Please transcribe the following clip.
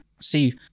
See